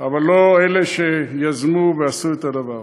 אבל לא אלה שיזמו ועשו את הדבר.